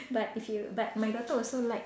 but if you but my daughter also like